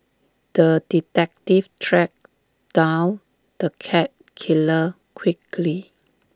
the detective tracked down the cat killer quickly